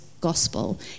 gospel